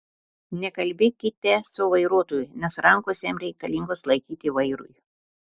nekalbėkite su vairuotoju nes rankos jam reikalingos laikyti vairui